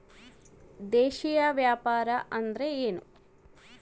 ದೇಶೇಯ ವ್ಯಾಪಾರ ಅಂದ್ರೆ ಏನ್ರಿ?